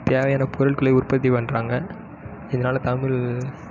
தேவையான பொருட்களை உற்பத்தி பண்ணுறாங்க இதனால் தமிழ்